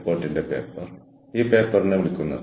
re considering boundaries എന്ന് അതിനെ വിളിക്കുന്നു